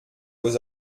vos